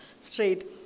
straight